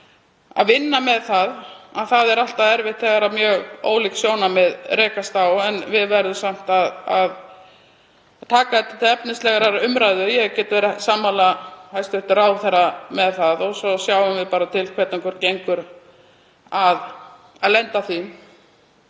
að vinna með það að það er alltaf erfitt þegar mjög ólík sjónarmið rekast á. Við verðum samt að taka málið til efnislegrar umræðu, ég get verið sammála hæstv. ráðherra með það. Svo sjáum við bara til hvernig okkur gengur að lenda því.